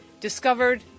discovered